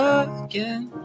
again